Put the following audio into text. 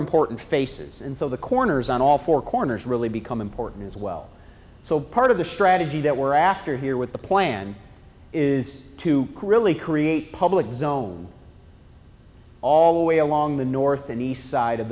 important faces and so the corners on all four corners really become important as well so part of the strategy that we're after here with the plan is to really create public zone all the way along the north and east side of